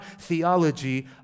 theology